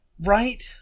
Right